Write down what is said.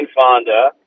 Fonda